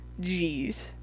Jeez